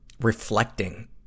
reflecting